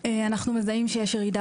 אנחנו מזהים שיש ירידה,